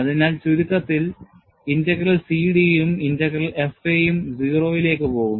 അതിനാൽ ചുരുക്കത്തിൽ integral CD യും ഇന്റഗ്രൽ FA യും 0 ലേക്ക് പോകും